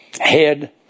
head